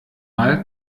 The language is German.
mal